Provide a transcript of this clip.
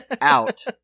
Out